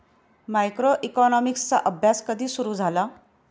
मायक्रोइकॉनॉमिक्सचा अभ्यास कधी सुरु झाला?